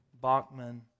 Bachman